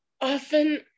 often